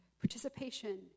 Participation